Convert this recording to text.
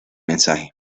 mensaje